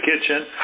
kitchen